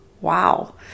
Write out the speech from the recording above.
Wow